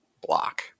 block